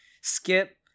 Skip